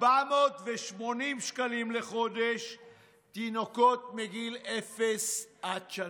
480 שקלים לחודש לתינוקות מגיל אפס עד שנה.